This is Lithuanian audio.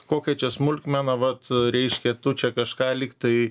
kokia čia smulkmena vat reiškia tu čia kažką lyg tai